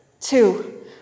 two